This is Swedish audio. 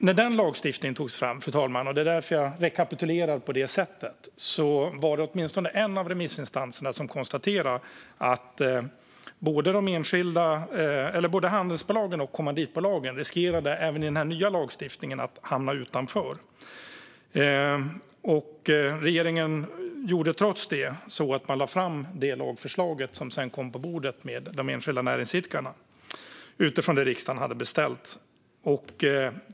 När denna lagstiftning togs fram - det är därför som jag rekapitulerar på detta sätt - var det åtminstone en av remissinstanserna som konstaterade att både handelsbolagen och kommanditbolagen även med denna lagstiftning riskerar att hamna utanför. Regeringen lade trots detta fram det lagförslag som sedan kom på bordet, gällande de enskilda näringsidkarna, utifrån det som riksdagen hade beställt.